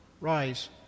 rise